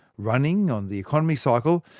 running on the economy cycle,